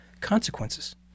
consequences